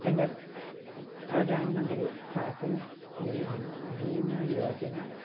എൻ്റെ പ്രധാൻ മന്ത്രി ഫാസൽ ഭീമ യോജന